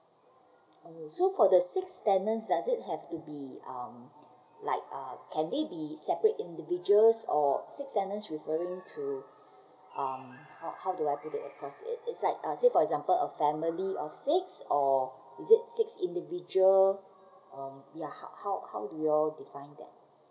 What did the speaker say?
orh so for the six tenants does it have to be um like uh can it be separate individuals or six tenants referring to um how how do I put it across it it's like uh say for example a family of six or is it six individual um ya how how how you all define that